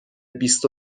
بیست